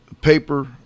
paper